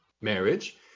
marriage